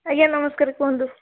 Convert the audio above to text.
ଆଜ୍ଞା ନମସ୍କାର କୁହନ୍ତୁ